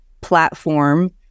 platform